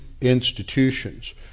institutions